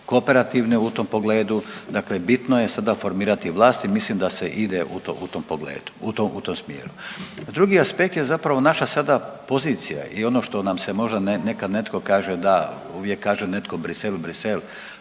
kooperativni u tom pogledu, dakle bitno je sada formirati vlast i mislim da se ide u tom pogledu, u tom smjeru. A drugi aspekt je zapravo naša sada pozicija i ono što nam se možda nekad netko kaže da, uvijek kaže netko Brisel, Brisel,